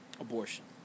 abortion